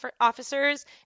officers